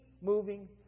moving